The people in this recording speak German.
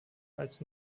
als